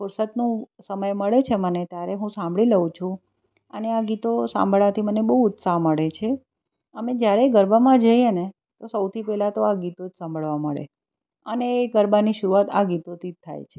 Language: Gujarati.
ફુરસતનો સમય મળે છે મને ત્યારે હું સાંભળી લઉં છું અને આ ગીતો સાંભળવાથી મને બહુ ઉત્સાહ મળે છે અમે જ્યારે ગરબામાં જઈએ ને તો સૌથી પહેલાં તો આ ગીતો જ સાંભળવા મળે અને એ ગરબાની શરૂઆત આ ગીતોથી જ થાય છે